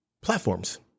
platforms